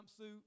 jumpsuit